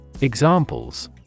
Examples